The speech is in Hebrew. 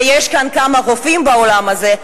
ויש כאן כמה רופאים באולם הזה,